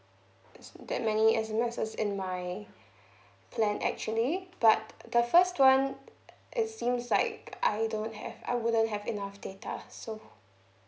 that many S_M_Ss in my plan actually but the first [one] it seems like I don't have I wouldn't have enough data so